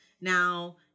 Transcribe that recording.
Now